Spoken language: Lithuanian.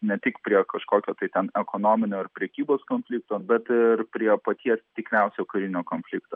ne tik prie kažkokio tai ten ekonominio ar prekybos konflikto bet ir prie paties tikriausio karinio konflikto